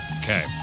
Okay